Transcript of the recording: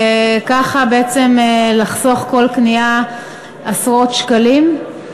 וככה בעצם לחסוך בכל קנייה עשרות שקלים.